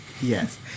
Yes